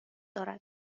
دارد